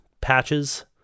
patches